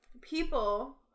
people